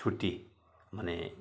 छुट्टी भने